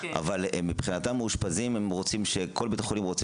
אבל מבחינתם כל בית חולים רוצה שהם